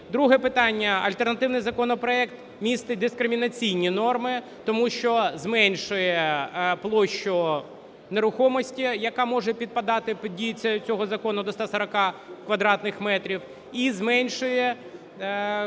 Друге питання. Альтернативний законопроект містить дискримінаційні норми, тому що зменшує площу нерухомості, яка може підпадати під дію цього закону, до 140 квадратних метрів і зменшує